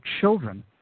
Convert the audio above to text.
children